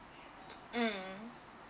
mm